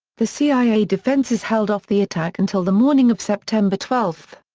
the cia defenses held off the attack until the morning of september twelve.